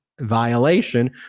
violation